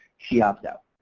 she opts out.